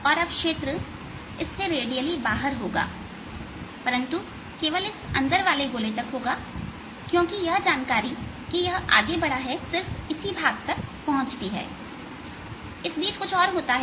और अब क्षेत्र इससे रेडियली बाहर होगा परंतु केवल इस अंदर वाले गोले तक क्योंकि यह जानकारी कि यह आगे बढ़ा है सिर्फ इसी भाग तक पहुंचती है इस बीच कुछ और होता है